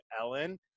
Ellen